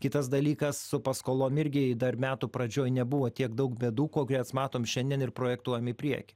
kitas dalykas su paskolom irgi dar metų pradžioj nebuvo tiek daug bėdų kokias matom šiandien ir projektuojam į priekį